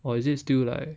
or is it still like